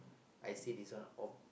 I see this one all